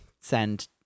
send